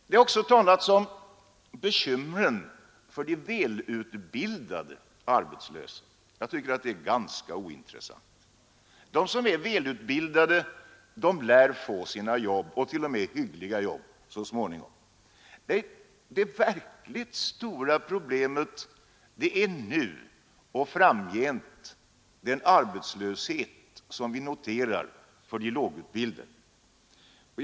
Det har också talats om bekymren för de välutbildade arbetslösa. Jag tycker att det problemet är ganska ointressant. De som är välutbildade lär få sina jobb, t.o.m. hyggliga jobb, så småningom. Nej, det verkligt stora problemet är nu och framgent den arbetslöshet som vi noterar för de lågutbildade.